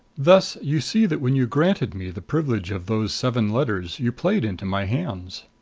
thus you see that when you granted me the privilege of those seven letters you played into my hands.